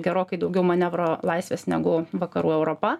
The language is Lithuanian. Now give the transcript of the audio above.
gerokai daugiau manevro laisvės negu vakarų europa